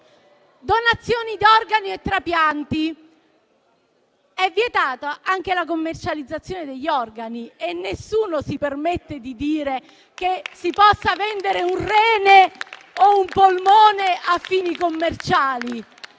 donazioni di organi e trapianti. È vietata anche la commercializzazione degli organi e nessuno si permette di dire che si possa vendere un rene o un polmone a fini commerciali